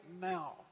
now